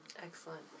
Excellent